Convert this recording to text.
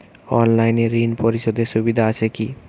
অনলাইনে ঋণ পরিশধের সুবিধা আছে কি?